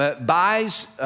buys